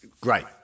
great